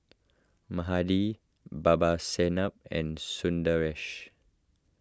Mahade Babasaheb and Sundaresh